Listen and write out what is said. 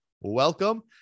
welcome